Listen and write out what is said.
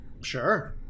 Sure